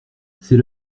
c’est